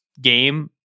game